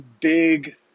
big